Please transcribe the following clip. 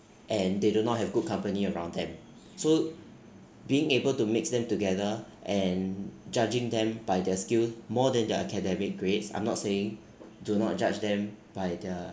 and they do not have good company around them so being able to mix them together and judging them by their skill more than their academic grades I'm not saying do not judge them by their